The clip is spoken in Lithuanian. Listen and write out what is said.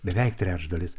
beveik trečdalis